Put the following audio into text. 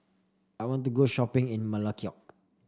I want to go shopping in Melekeok